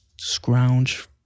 scrounge